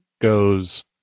goes